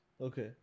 Okay